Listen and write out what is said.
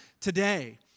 today